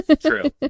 true